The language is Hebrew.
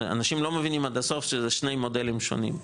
אנשים לא מבינים עד הסוף שזה שני מודלים שונים.